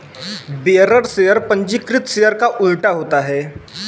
bearer share पंजीकृत share का उल्टा होता है